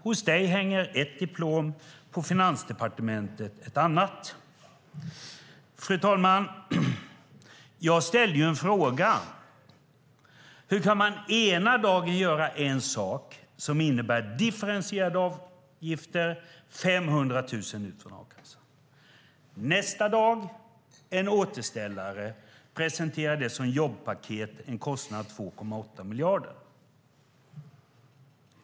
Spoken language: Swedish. Hos dig hänger ett diplom, på Finansdepartementet ett annat. Fru talman! Jag ställde en fråga: Hur kan man ena dagen göra en sak som innebär differentierade avgifter - 500 000 ut från a-kassan - och nästa dag göra en återställare som presenteras som jobbpaket, med en kostnad på 2,8 miljarder?